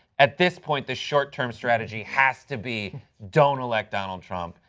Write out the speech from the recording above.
at this point that short-term strategy has to be don't elect donald trump.